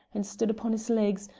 and stood upon his legs,